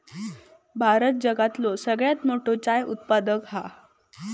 भारत जगातलो सगळ्यात मोठो चाय उत्पादक हा